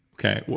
okay.